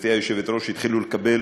גברתי היושבת-ראש, התחילו לקבל